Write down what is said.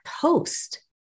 post